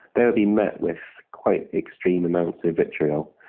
they would be met with quite extreme amounts of vitriol,